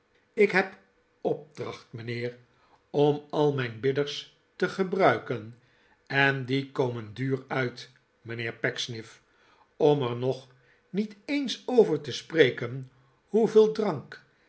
ik heb opdracht mijnheer om al mijn bidders te gebruiken en die komen duur uit mijnheer pecksniff om er nog niet eens over te spreken hoeveel drank